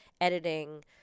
editing